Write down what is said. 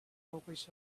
always